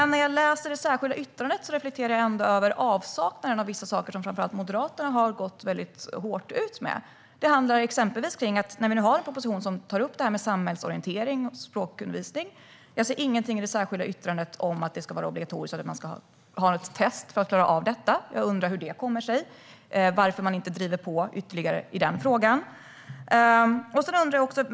När jag läser det särskilda yttrandet reflekterar jag ändå över avsaknaden av vissa saker som framför allt Moderaterna har gått väldigt hårt ut med. Till exempel har vi nu en proposition som tar upp detta med samhällsorientering och språkundervisning, men jag ser ingenting i det särskilda yttrandet om att det ska vara obligatoriskt eller om något test som ska klaras av i samband med detta. Jag undrar hur det kommer sig - varför driver man inte på ytterligare i den frågan?